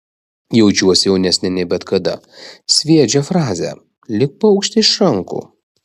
jaučiuosi jaunesnė nei bet kada sviedžia frazę lyg paukštį iš rankų